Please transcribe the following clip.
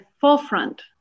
forefront